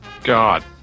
God